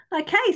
Okay